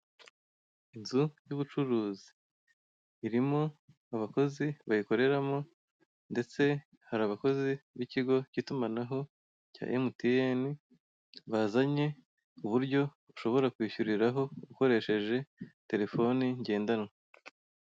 Inzu y'ubucuruzi irimo abakozi bayikoreramo ndetse hari abakozi b'ikigo k'itumanaho cya emutiyeni bazanye uburyo ushobora kwishyuriraho ukoresheje terefone ngendanwa.